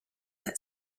that